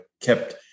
kept